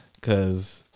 cause